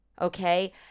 okay